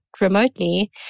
remotely